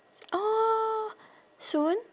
oh soon